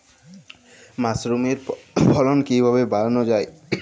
মাসরুমের ফলন কিভাবে বাড়ানো যায়?